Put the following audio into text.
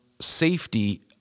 safety